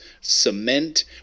cement